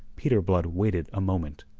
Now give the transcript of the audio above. peter blood waited a moment,